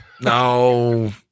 no